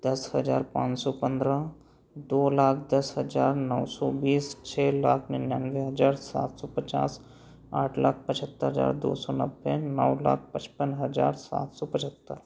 दस हज़ार पाँच सौ पंद्रह दो लाख दस हज़ार नौ सौ बीस छः लाख निन्यानवे हज़ार सात सौ पचास आठ लाख पचहत्तर हज़ार दो सौ नब्बे नौ लाख पचपन हज़ार सात सौ पचहत्तर